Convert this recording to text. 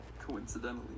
coincidentally